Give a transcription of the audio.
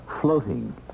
Floating